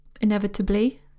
inevitably